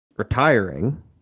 retiring